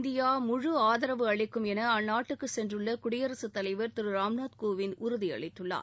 India முழு ஆதரவு அளிக்கும் என அந்நாட்டுக்கு சென்றுள்ள குடியரசு தலைவர் திரு ராம்நாத் கோவிந்த் உறுதியளித்துள்ளார்